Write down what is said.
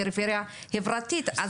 פריפריה חברתית.